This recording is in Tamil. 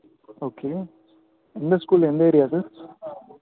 ஓகே எந்த ஸ்கூல் எந்த ஏரியா அது